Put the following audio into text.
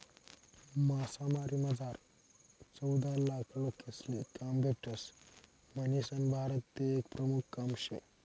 मासामारीमझार चौदालाख लोकेसले काम भेटस म्हणीसन भारतनं ते एक प्रमुख काम शे